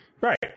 Right